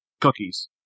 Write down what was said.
cookies